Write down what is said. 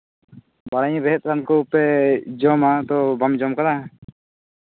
ᱡᱟᱦᱟᱱ ᱨᱮᱦᱮᱫ ᱨᱟᱱ ᱠᱚᱯᱮ ᱡᱚᱢᱟ ᱛᱳ ᱵᱟᱢ ᱡᱚᱢ ᱠᱟᱫᱟ